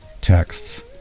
texts